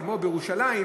כמו בירושלים,